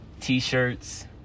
T-shirts